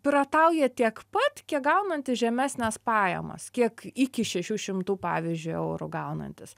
piratauja tiek pat kiek gaunantys žemesnes pajamas kiek iki šešių šimtų pavyzdžiui eurų gaunantys